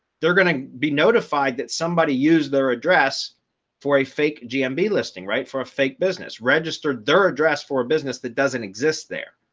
they're going to be notified that somebody used their address for a fake gmb listing right for a fake business registered their address for business that doesn't exist there.